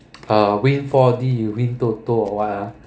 uh win four_D you win toto or what ah